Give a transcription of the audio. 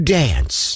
dance